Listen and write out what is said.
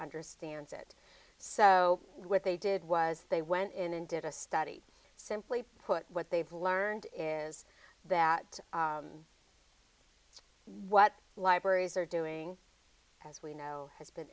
understands it so what they did was they went in and did a study simply put what they've learned is that what libraries are doing as we know has been